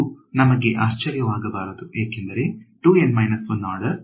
ಇದು ನಮಗೆ ಆಶ್ಚರ್ಯವಾಗಬಾರದು ಏಕೆಂದರೆ 2 N 1 ಆರ್ಡರ್